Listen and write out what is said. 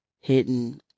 hidden